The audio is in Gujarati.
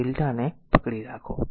lrmΔ ને પકડી રાખો